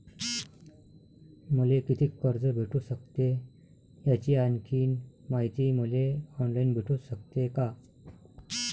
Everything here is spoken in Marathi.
मले कितीक कर्ज भेटू सकते, याची आणखीन मायती मले ऑनलाईन भेटू सकते का?